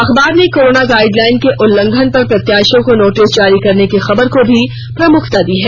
अखबार ने corona guideline के उल्लंघन पर प्रत्याशियों को नोटिस जारी करने की खबर को भी प्रमुखता दी है